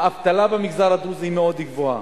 האבטלה במגזר הדרוזי היא מאוד גבוהה.